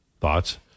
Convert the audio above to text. Thoughts